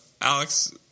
Alex